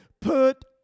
put